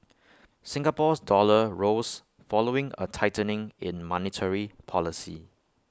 Singapore's dollar rose following A tightening in monetary policy